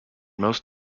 most